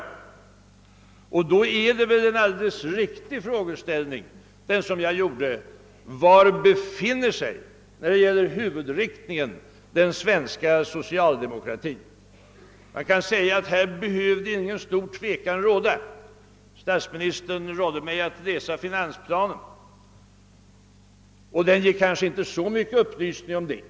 Och då är det väl en alldeles riktig fråga som jag ställde: Var befinner sig den svenska socialdemokratin när det gäller huvudriktningen i det fallet? Statsministern rådde mig att läsa finansplanen, men den ger inte så särskilt mycket upplysning om den saken.